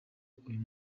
uyu